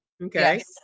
Okay